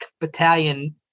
battalion